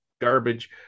garbage